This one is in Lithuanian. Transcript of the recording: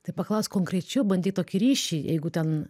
tai paklausk konkrečiau bandyk tokį ryšį jeigu ten